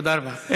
תודה רבה.